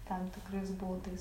tam tikrais būdais